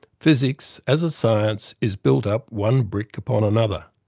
physics, as a science, is built up one brick upon another.